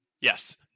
Yes